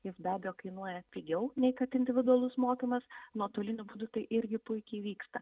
jis be abejo kainuoja pigiau nei kad individualus mokymas nuotoliniu būdu tai irgi puikiai vyksta